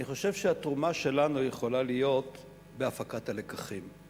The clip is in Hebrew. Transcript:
אני חושב שהתרומה שלנו יכולה להיות בהפקת הלקחים.